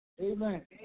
Amen